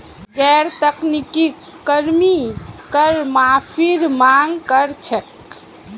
गैर तकनीकी कर्मी कर माफीर मांग कर छेक